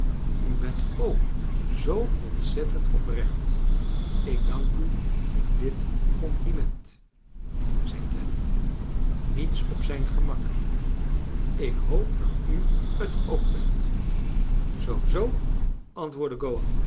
u bent ook zoo ontzettend oprecht ik dank u voor dit compliment zei clennam niets op zijn gemak ik hoop dat u t ook bent zoo zoo antwoordde